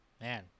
Man